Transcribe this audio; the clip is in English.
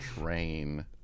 train